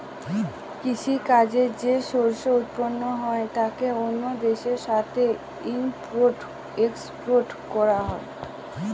কৃষি কাজে যে শস্য উৎপাদন হয় তাকে অন্য দেশের সাথে ইম্পোর্ট এক্সপোর্ট করা হয়